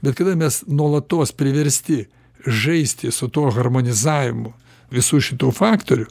bet kada mes nuolatos priversti žaisti su tuo harmonizavimu visų šitų faktorių